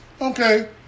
Okay